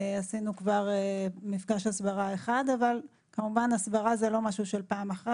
עשינו כבר מפגש הסברה אחד אבל כמובן הסברה זה לא משהו של פעם אחת.